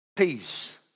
peace